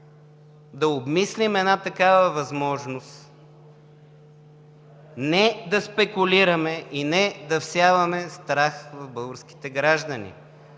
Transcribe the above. да обмислим една такава възможност, не да спекулираме и не да всяваме страх в българските граждани